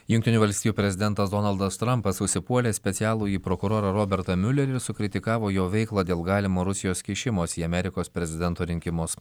jungtinių valstijų prezidentas donaldas trampas užsipuolė specialųjį prokurorą robertą miuleriį sukritikavo jo veiklą dėl galimo rusijos kišimosi į amerikos prezidento rinkimus